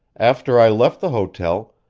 after i left the hotel,